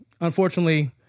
unfortunately